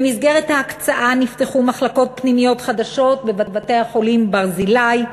במסגרת ההקצאה נפתחו מחלקות פנימיות חדשות בבתי-החולים ברזילי,